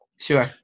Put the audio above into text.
Sure